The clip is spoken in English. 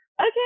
okay